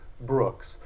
Brooks